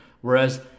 Whereas